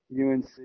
UNC